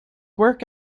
work